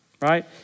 right